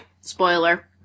Spoiler